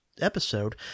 episode—